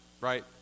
right